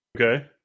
Okay